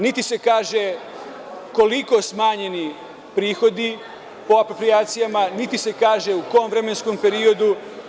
Niti se kaže koliko su smanjeni prihodi po aproprijacijama, niti se kaže u kom vremenskom periodu.